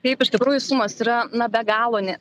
taip iš tikrųjų sumos yra na be galo ne